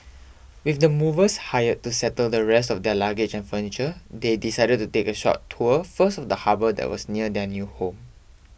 with the movers hired to settle the rest of their luggage and furniture they decided to take a short tour first of the harbour that was near their new home